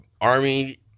Army